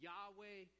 Yahweh